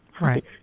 Right